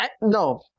no